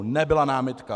Nebyla námitka.